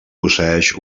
posseeix